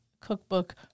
cookbook